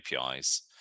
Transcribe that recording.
APIs